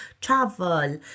travel